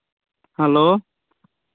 hello